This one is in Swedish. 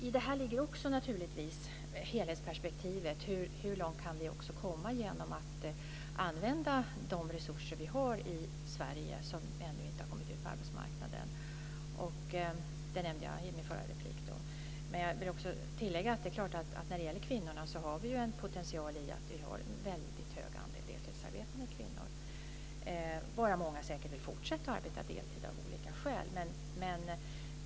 I det ligger också helhetsperspektivet och hur långt vi kan komma genom att använda de resurser vi har i Sverige, de som ännu inte har kommit ut på arbetsmarknaden. Det nämnde jag i min förra replik. Vi har en potential i en hög andel deltidsarbetande kvinnor, varav många säkert vill fortsätta arbeta deltid av olika skäl.